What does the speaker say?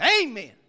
Amen